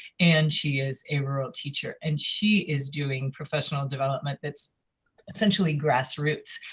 and she is a rural teacher, and she is doing professional development that's essentially grassroots.